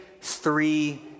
three